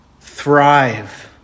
thrive